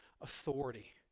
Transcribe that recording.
authority